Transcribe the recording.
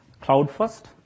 cloud-first